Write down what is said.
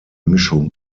mischung